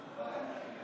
חוק ומשפט היא